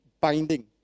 binding